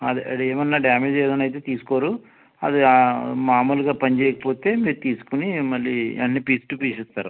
అది అది ఏమైనా డామేజ్ ఏదైనా అయితే తీసుకోరు అది మామూలుగా పని చేయకపోతే మీరు తీసుకుని మళ్ళీ అన్నీ పీస్ టూ పీస్ ఇస్తారు